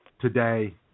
today